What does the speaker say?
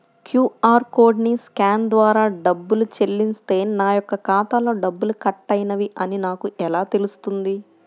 QR కోడ్ని scan ద్వారా డబ్బులు చెల్లిస్తే నా యొక్క ఖాతాలో డబ్బులు కట్ అయినవి అని నాకు ఎలా తెలుస్తుంది?